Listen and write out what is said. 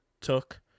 took